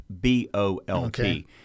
B-O-L-T